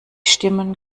stimmen